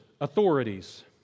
authorities